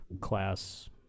class